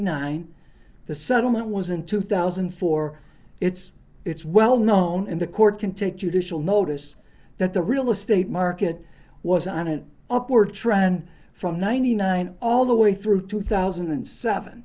nine the settlement was in two thousand and four it's it's well known in the court can take judicial notice that the real estate market was on an upward trend from ninety nine all the way through two thousand and seven